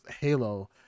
halo